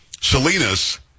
Salinas